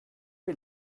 mir